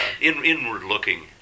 Inward-looking